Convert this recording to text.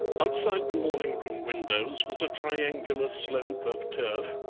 outside the morning-room windows was a triangular slope of turf,